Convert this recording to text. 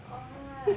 orh what